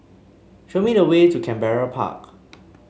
show me the way to Canberra Park